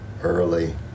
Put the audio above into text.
early